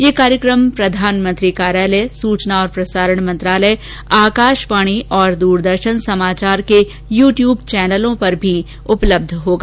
यह कार्यक्रम प्रधानमंत्री कार्यालय सूंचना और प्रसारण मंत्रालय आकाशवाणी और दूरदर्शन समाचार के यू ट्यूब चैनलों पर भी उपलब्ध होगा